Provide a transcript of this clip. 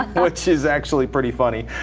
which is actually pretty funny.